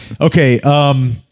Okay